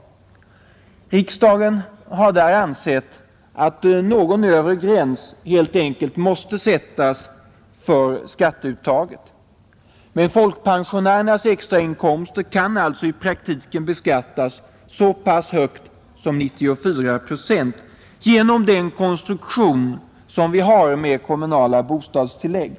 Riksdagen har där ansett att någon Inkomstprövnings övre gräns helt enkelt måste sättas för skatteuttaget. Men folkpensionä = ”e8lerna för rernas extrainkomster kan alltså i praktiken beskattas så högt som 94 kommunalt bostads procent genom den konstruktion vi har med kommunala bostadstillägg.